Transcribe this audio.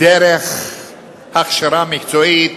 דרך הכשרה מקצועית,